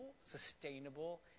sustainable